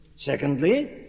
Secondly